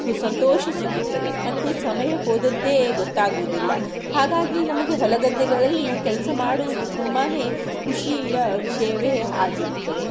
ಸು ಸಂತೋಷ ಸಿಗುತ್ತದೆ ಮತ್ತು ಸಮಯ ಹೋದದ್ದೇ ಗೊತ್ತಾಗೋದಿಲ್ಲ ಹಾಗಾಗಿ ನಮಗೆ ಹೊಲ ಗದ್ದೆಗಳಲ್ಲಿ ಕೆಲಸ ಮಾಡುವುದು ತುಂಬಾ ಖುಷಿಯ ವಿಷಯವೇ ಆಗಿರುತ್ತದೆ